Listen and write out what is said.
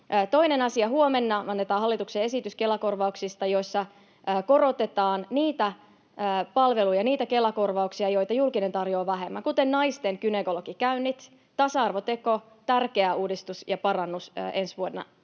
Toinen asia: Huomenna annetaan hallituksen esitys Kela-korvauksista, jossa korotetaan niiden palvelujen Kela-korvauksia, joita julkinen tarjoaa vähemmän, kuten naisten gynekologikäynnit — tasa-arvoteko, tärkeä uudistus ja parannus ensi vuonna,